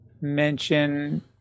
mention